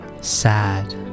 sad